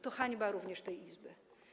To hańba również dla tej Izby.